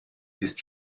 ist